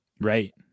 Right